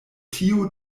tio